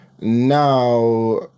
now